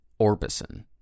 Orbison